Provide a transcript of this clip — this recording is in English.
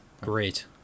Great